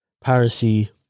Piracy